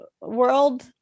world